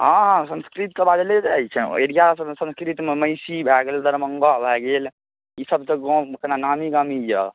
हँ हँ संस्कृत तऽ बाजले जाइ छै एरिया सबमे संस्कृत महिषी भऽ गेल दरभङ्गा भऽ गेल ईसब तऽ गाँव अपना नामी गामी अइ